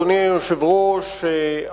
אדוני היושב-ראש,